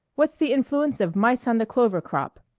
what's the influence of mice on the clover crop?